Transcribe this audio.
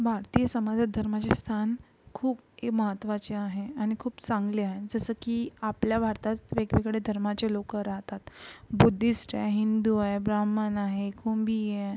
भारतीय समाजात धर्माचे स्थान खूप ए महत्त्वाचे आहे आणि खूप चांगले आहे जसं की आपल्या भारतात वेगवेगळे धर्माचे लोक राहतात बुद्धिस्ट आहे हिंदू आहे ब्राम्हण आहे कुणबी आहे